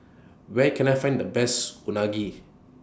Where Can I Find The Best Unagi